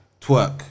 twerk